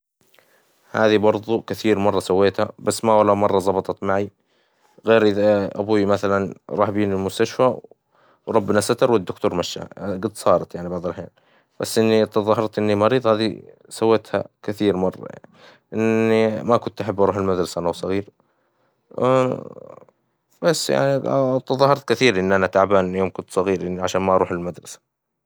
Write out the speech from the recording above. هذي برضو كثير مرة سويتها بس ما ولا مرة ظبطت معي، غير إذا أبوي مثلا راح بيني للمستشفى وربنا ستر والدكتور مشاه، قد صارت يعني بعض الأحيان، بس إني تظاهرت إني مريض هذي سويتها كثير مرة يعني، إني ما كنت أحب أروح المدرسة أنا صغير، بس يعني تظاهرت كثير إن أنا تعبان من يوم كنت صغير إني عشان ما أروح المدرسة.